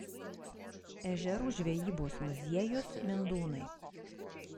ežerų žvejybos muziejus mindūnai